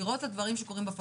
לראות את הדברים שקורים,